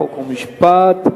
חוק ומשפט.